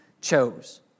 chose